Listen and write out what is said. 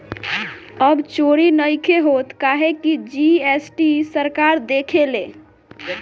अब चोरी नइखे होत काहे की जी.एस.टी सरकार देखेले